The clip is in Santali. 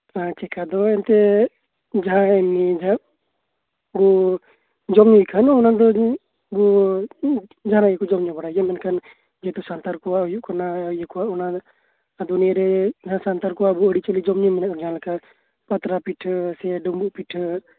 ᱦᱮᱸ ᱪᱤᱠᱟ ᱫᱚ ᱮᱱᱛᱮᱜ ᱡᱟᱦᱟᱸᱧ ᱞᱟᱹᱭ ᱫᱟ ᱟᱵᱚ ᱡᱚᱢ ᱧᱩᱭ ᱠᱷᱟᱱ ᱚᱱᱟ ᱫᱚ ᱟᱵᱚ ᱡᱟᱦᱟᱸ ᱨᱮᱜᱮ ᱠᱚ ᱡᱚᱢ ᱧᱩ ᱵᱟᱲᱟᱭ ᱜᱮᱭᱟ ᱢᱮᱱᱠᱷᱟᱱ ᱡᱮᱦᱮᱛᱩ ᱥᱟᱱᱛᱟᱲ ᱠᱚᱣᱟᱜ ᱦᱩᱭᱩᱜ ᱠᱟᱱᱟ ᱤᱭᱟᱹ ᱠᱚᱣᱟᱜ ᱚᱱᱟ ᱫᱩᱱᱚᱭᱟᱹᱨᱮ ᱡᱟᱦᱟᱸ ᱥᱟᱱᱛᱟᱲ ᱠᱚᱣᱟᱜ ᱟᱨᱤᱪᱟᱞᱤ ᱡᱚᱢ ᱧᱩ ᱠᱚ ᱢᱮᱱᱟᱜ ᱠᱟᱫᱟ ᱡᱮᱞᱮᱠᱟ ᱯᱟᱛᱲᱟ ᱯᱤᱴᱷᱟᱹ ᱥᱮ ᱰᱩᱢᱵᱩᱜ ᱯᱤᱴᱷᱟᱹ